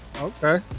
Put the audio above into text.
Okay